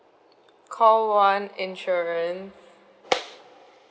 call one insurance